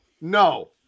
No